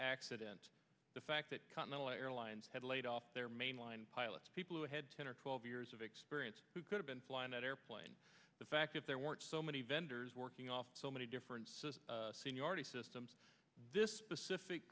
accident the fact that continental airlines had laid off their mainline pilots people who had ten or twelve years of experience who could have been flying that airplane the fact if there weren't so many vendors working off so many different seniority systems this specific